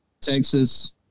Texas –